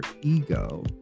ego